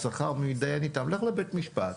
לך לבית משפט.